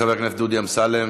חבר הכנסת דודי אמסלם,